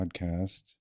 podcast